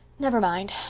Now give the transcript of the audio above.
never mind!